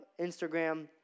Instagram